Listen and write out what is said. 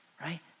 right